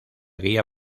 guía